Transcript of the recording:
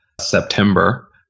September